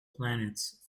planets